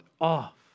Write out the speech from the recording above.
off